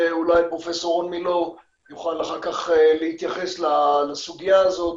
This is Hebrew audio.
ואולי פרופ' רון מילוא יוכל אחר כך להתייחס לסוגיה הזאת.